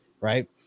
right